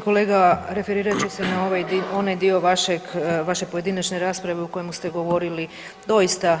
Hvala lijepa uvaženi kolega, referirat ću se na onaj dio vaše pojedinačne rasprave u kojemu ste govorili doista